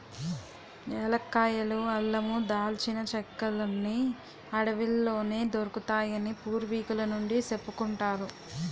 ఏలక్కాయలు, అల్లమూ, దాల్చిన చెక్కలన్నీ అడవిలోనే దొరుకుతాయని పూర్వికుల నుండీ సెప్పుకుంటారు